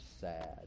sad